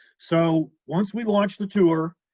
so once we launched the tour,